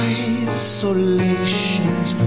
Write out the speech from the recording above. isolation's